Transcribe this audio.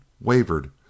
wavered